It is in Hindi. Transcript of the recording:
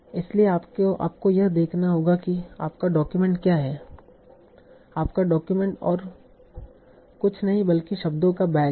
इसके लिए आपको यह देखना होगा कि आपका डॉक्यूमेंट क्या है आपका डॉक्यूमेंट और कुछ नहीं बल्कि शब्दों का बैग है